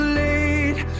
late